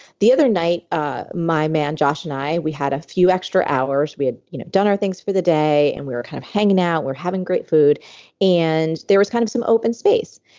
the other night ah my man, josh and i, we had a few extra hours. we had you know done our things for the day and we were kind of hanging out. we're having great food and there was kind of some open space.